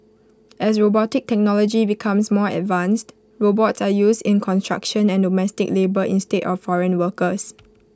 as robotic technology becomes more advanced robots are used in construction and domestic labour instead of foreign workers